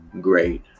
great